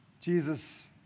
Jesus